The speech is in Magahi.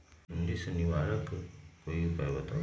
सुडी से निवारक कोई उपाय बताऊँ?